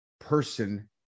person